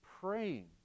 praying